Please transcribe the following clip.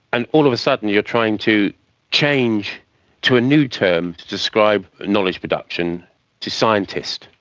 and all of a sudden you're trying to change to a new term to describe knowledge production to scientist.